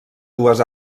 dues